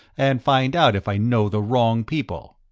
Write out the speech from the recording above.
and find out if i know the wrong people,